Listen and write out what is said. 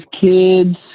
kids